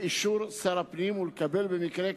באישור שר הפנים, ולקבל במקרה כזה,